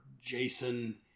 Jason